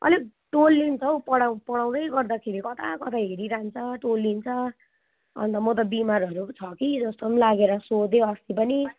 अलिक टोल्लिन्छ हौ पढाउँ पढाउँदै गर्दाखेरि कताकता हेरिरहन्छ टोल्लिन्छ अन्त म त बिमारहरू पो छ कि जस्तो पनि लागेर सोधेँ अस्ति पनि